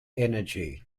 energy